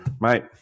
mate